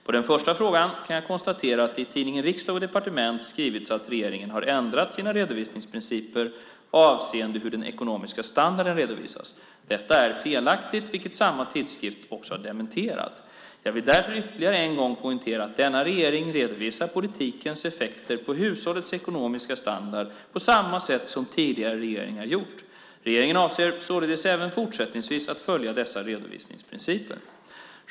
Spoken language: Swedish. På den första frågan kan jag konstatera att det i tidningen Från Riksdag & Departement skrivits att regeringen har ändrat sina redovisningsprinciper avseende hur den ekonomiska standarden redovisas. Detta är felaktigt, vilket samma tidskrift också har dementerat. Jag vill därför ytterligare än en gång poängtera att denna regering redovisar politikens effekter på hushållets ekonomiska standard på samma sätt som tidigare regeringar gjort. Regeringen avser således även fortsättningsvis att följa dessa redovisningsprinciper.